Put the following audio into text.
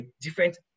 different